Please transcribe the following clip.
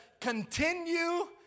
continue